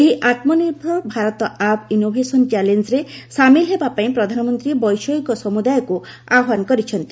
ଏହି Atmanirbhar Bharat app innovation ଚ୍ୟାଲେଞ୍ଜରେ ସାମିଲ ହେବା ପାଇଁ ପ୍ରଧାନମନ୍ତ୍ରୀ ବୈଷୟିକ ସମୁଦାୟକୁ ଆହ୍ୱାନ କରିଛନ୍ତି